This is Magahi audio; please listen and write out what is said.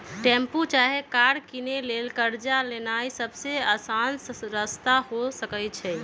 टेम्पु चाहे कार किनै लेल कर्जा लेनाइ सबसे अशान रस्ता हो सकइ छै